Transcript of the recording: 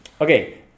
Okay